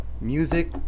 music